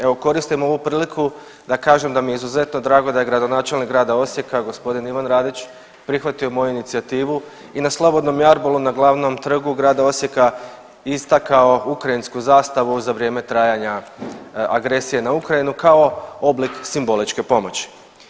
Evo koristim ovu priliku da kažem da mi je izuzetno drago da je gradonačelnik grada Osijeka g. Ivan Radić prihvatio moju inicijativu i na slobodnom jarbolu na glavnom trgu grada Osijeka istakao ukrajinsku zastavu za vrijeme trajanja agresije na Ukrajinu kao oblik simboličke pomoći.